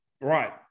right